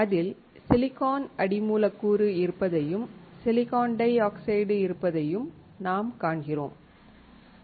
அதில் சிலிக்கான் அடி மூலக்கூறு இருப்பதையும் சிலிக்கான் டை ஆக்சைடு இருப்பதையும் நாம் காண்கிறோம்